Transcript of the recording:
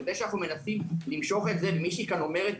וזה שאנחנו מנסים למשוך את זה מישהי כאן אומרת